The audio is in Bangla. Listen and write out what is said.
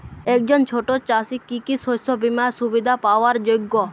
একজন ছোট চাষি কি কি শস্য বিমার সুবিধা পাওয়ার যোগ্য?